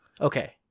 Okay